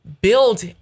build